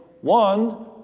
One